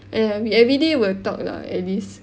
ya we everyday will talk lah at least